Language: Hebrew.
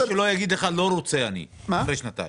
שלא יגיד לך 'לא רוצה אני' אחרי שנתיים?